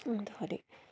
अन्तखेरि